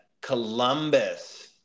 Columbus